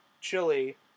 Chili